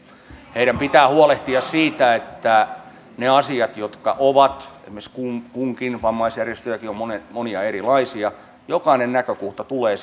heidän pitää huolehtia siitä että niiden asioiden jotka ovat esimerkiksi kunkin vammaisjärjestön niitäkin on monia erilaisia jokainen näkökohta tulee